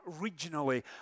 regionally